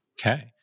Okay